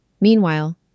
Meanwhile